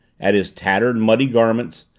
at his tattered, muddy garments,